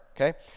okay